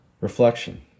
Reflection